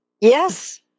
Yes